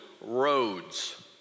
roads